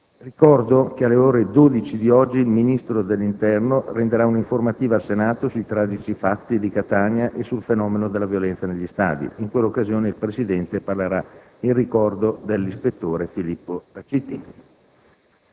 Ricordo che alle ore 12 il Ministro dell'interno renderà una informativa al Senato sui tragici fatti di Catania e sul fenomeno della violenza negli stadi. In quell'occasione il Presidente parlerà in ricordo dell'ispettore Filippo Raciti.